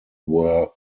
were